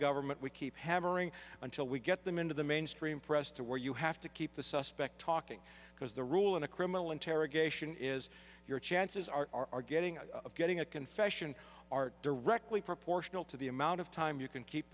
government we keep hammering until we get them into the mainstream press to where you have to keep the suspect talking because the rule in a criminal interrogation is your chances are are getting getting a confession are directly proportional to the amount of time you can keep